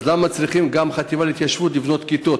למה צריכה גם החטיבה להתיישבות לבנות כיתות?